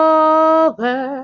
over